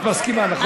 את מסכימה, נכון?